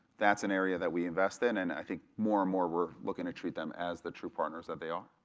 that's an area that we invest in, and i think more and more, we're looking to treat them as the true partners that they are.